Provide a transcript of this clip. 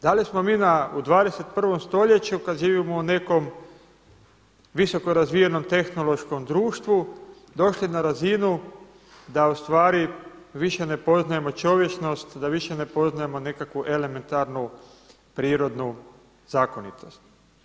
Da li smo mi u 21. stoljeću kad živimo u nekom visoko razvijenom tehnološkom društvu došli na razinu da u stvari više ne poznajemo čovječnost, da više ne poznajemo nekakvu elementarnu prirodnu zakonitost.